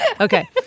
Okay